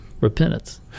repentance